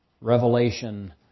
Revelation